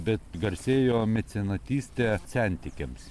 bet garsėjo mecenatyste sentikiams